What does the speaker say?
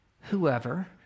Whoever